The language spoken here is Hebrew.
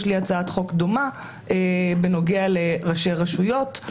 יש לי הצעת חוק דומה בנוגע לראשי רשויות.